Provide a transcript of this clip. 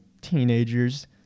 teenagers